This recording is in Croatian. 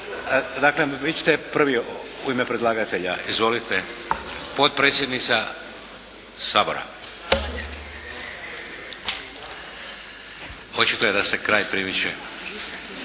Dakle vi ćete prvi u ime predlagatelja. Izvolite, potpredsjednica Sabora. Očito je da se kraj primiče.